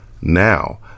Now